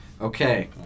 Okay